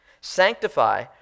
sanctify